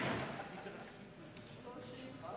אני רוצה לברך אותך,